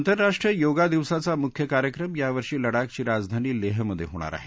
आंतरराष्ट्रीय योगा दिवसाचा मुख्य कार्यक्रम यावर्षी लडाखची राजधानी लेहमध्ये होणार आहे